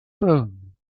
phone